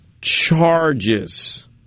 charges